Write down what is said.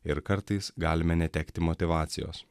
ir kartais galime netekti motyvacijos